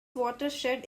watershed